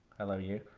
hello, you.